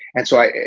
and so i.